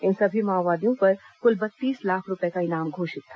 इन सभी माओवादियों पर कुल बत्तीस लाख रूपये का इनाम घोषित था